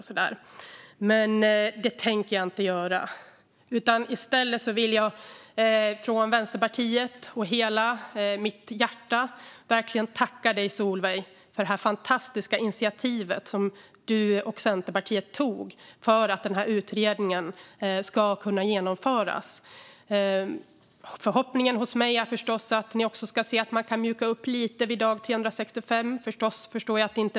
Men det tänker jag inte göra. I stället vill jag och Vänsterpartiet helhjärtat tacka dig, Solveig, för det fantastiska initiativ som du och Centerpartiet tog för att denna utredning ska kunna genomföras. Min och Vänsterpartiets förhoppning är förstås att utredningen ska komma fram till att man kan mjuka upp lite från dag 365.